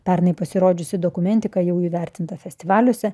pernai pasirodžiusi dokumentika jau įvertinta festivaliuose